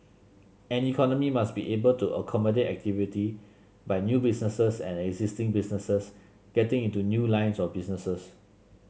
an economy must be able to accommodate activity by new businesses and existing businesses getting into new lines of businesses